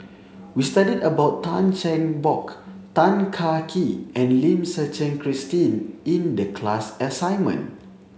we studied about Tan Cheng Bock Tan Kah Kee and Lim Suchen Christine in the class assignment